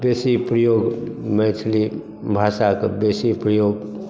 बेसी प्रयोग मैथिली भाषाके बेसी प्रयोग